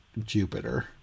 Jupiter